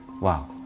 wow